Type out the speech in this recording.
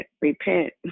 repent